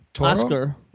Oscar